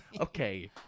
Okay